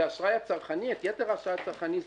את יתר האשראי הצרכני,